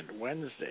Wednesday